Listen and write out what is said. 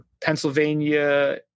Pennsylvania